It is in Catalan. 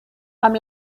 amb